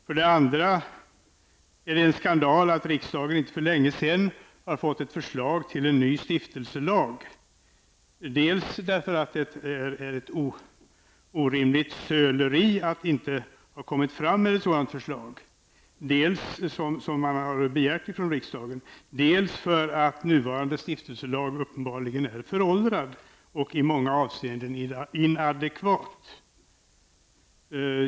För det andra har jag anslutit mig till denna reservation därför att det är en skandal att riksdagen inte för länge sedan har fått ett förslag till en ny stiftelselag, dels därför att det är ett orimligt söleri att det inte har kommit fram ett sådant förslag som man har begärt från riksdagen, dels därför att nuvarande stiftelselag uppenbarligen är föråldrad och i många avseenden inadekvat.